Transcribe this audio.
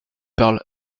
parle